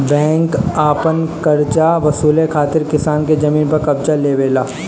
bank अपन करजा वसूले खातिर किसान के जमीन पर कब्ज़ा लेवेला